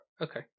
Okay